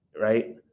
Right